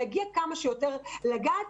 להגיע כמה שיותר ולגעת.